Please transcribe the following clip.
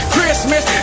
Christmas